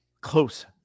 close